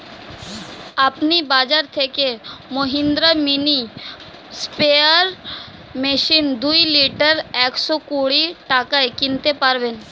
আপনি বাজর থেকে মহিন্দ্রা মিনি স্প্রেয়ার মেশিন দুই লিটার একশো কুড়ি টাকায় কিনতে পারবেন